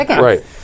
Right